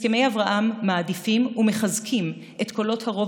הסכמי אברהם מעדיפים ומחזקים את קולות הרוב